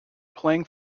playing